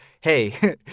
hey